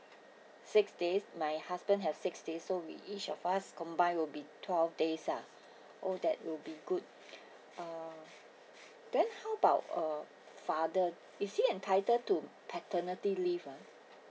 six days my husband have six days so we each of us combine will be twelve days lah oh that will be good uh then how about uh father is he entitle to paternity leave ah